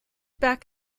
back